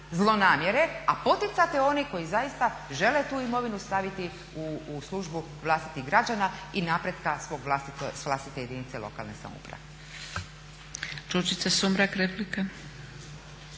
a poticati one koji zaista žele tu imovinu staviti u službu vlastitih građana i napretka svoje vlastite jedinice lokalne samouprave.